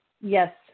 Yes